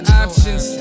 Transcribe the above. options